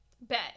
Bet